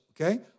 okay